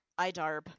IDARB